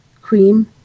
cream